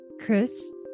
Chris